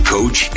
Coach